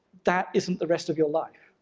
that isn't the rest of your life.